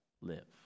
live